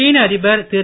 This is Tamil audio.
சீன அதிபர் திரு